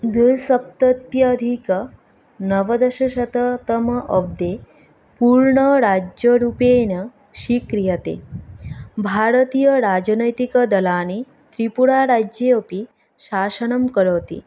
द्विसप्तत्यधिकनवदशशततम अब्धे पूर्णराज्यरूपेन स्वीक्रियते भारतीयराजनैतिकदलानि त्रिपुराराज्ये अपि शासनं करोति